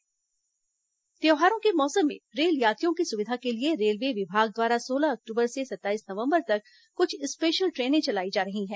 special train त्यौहारों के मौसम में रेल यात्रियों की सुविधा के लिए रेलवे विभाग द्वारा सोलह अक्टूबर से सत्ताईस नवंबर तक कुछ स्पेशल ट्रेनें चलाई जा रही हैं